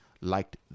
liked